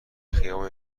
خیابان